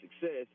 success